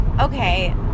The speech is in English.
okay